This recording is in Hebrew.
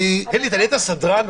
אלי, אתה נהיית סדרן?